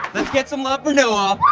let's get some love for noah.